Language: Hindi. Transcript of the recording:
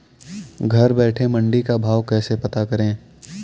घर बैठे मंडी का भाव कैसे पता करें?